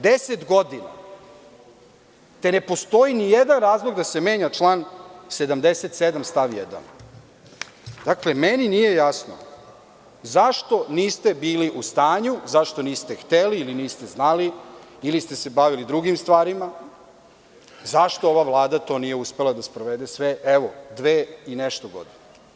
Deset godina, te ne postoji ni jedan razlog da se menja član 77. stav 1. Dakle, meni nije jasno zašto niste bili u stanju, zašto niste hteli ili niste znali, ili ste se bavili drugim stvarima, zašto ova Vlada to nije uspela da sprovede, evo dve i nešto godine?